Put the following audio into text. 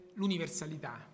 l'universalità